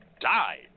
died